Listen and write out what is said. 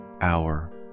hour